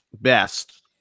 best